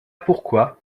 pourquoi